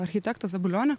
architekto zabulionio